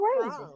crazy